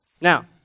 Now